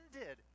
ended